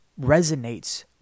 resonates